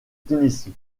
tennessee